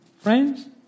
Friends